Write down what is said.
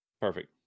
Perfect